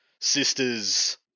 Sisters